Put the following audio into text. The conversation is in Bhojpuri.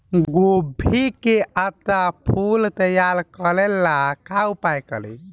गोभी के अच्छा फूल तैयार करे ला का उपाय करी?